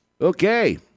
Okay